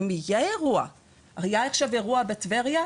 היה עכשיו אירוע בטבריה,